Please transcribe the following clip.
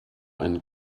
ein